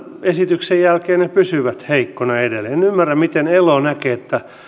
esityksen jälkeen ne pysyvät heikkoina edelleen en ymmärrä miten elo näkee